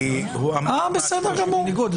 הוא אמר משהו בניגוד,